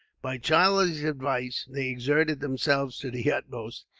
by charlie's advice they exerted themselves to the utmost,